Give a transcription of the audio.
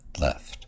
left